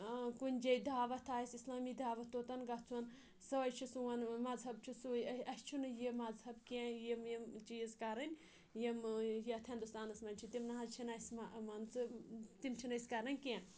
کُنہِ جایہِ دعوَت آسہِ اِسلٲمی دعوَت توتَن گژھُن سۄے چھُ سون مَذہب چھُ سُے اَسہِ چھُنہٕ یہِ مَذہب کینٛہہ یِم یِم چیٖز کَرٕنۍ یِم یَتھ ہِندوستانَس منٛز چھِ تِم نَہ حظ چھِنہٕ اَسہِ مان ژٕ تِم چھِنہٕ أسۍ کَران کینٛہہ